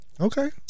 okay